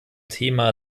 thema